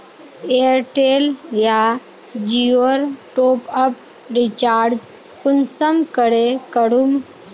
Airtel या जियोर top up recharge कुंसम करे करूम?